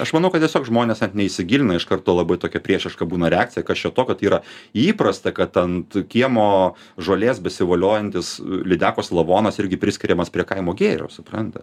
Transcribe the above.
aš manau kad tiesiog žmonės net neįsigilina iš karto labai tokia priešiška būna reakcija kas čia to kad yra įprasta kad ant kiemo žolės besivoliojantis lydekos lavonas irgi priskiriamas prie kaimo gėrio supranta